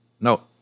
No